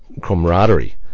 camaraderie